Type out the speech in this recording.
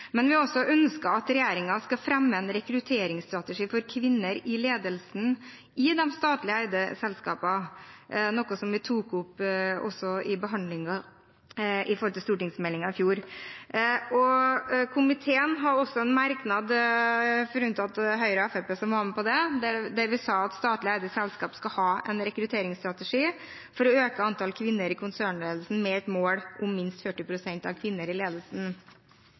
i de statlig eide selskapene, noe som vi tok opp også i behandlingen av stortingsmeldingen i fjor. Og komiteen hadde også en merknad – alle unntatt Høyre og Fremskrittspartiet var med på den – om at statlig eide selskaper skal ha rekrutteringsstrategier for å øke antallet kvinner i konsernledelsen, med et mål om minst 40 pst. kvinner i ledelsen. Så har jeg lyst til å skryte av statsråden når det gjelder ambisjonsnivået, ønsket om faktisk å få flere kvinner inn i ledelsen,